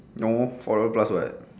no four dollar plus [what]